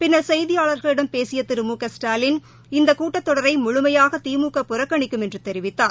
பின்னர் செய்தியாளர்களிடம் பேசிய திரு மு க ஸ்டாலின் இந்த கூட்டத்தொடரை முழுமையாக திமுக புறக்கணிக்கும் என்று தெரிவித்தார்